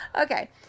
Okay